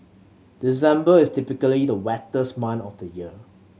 December is typically the wettest month of the year